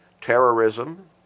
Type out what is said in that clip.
terrorism